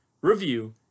review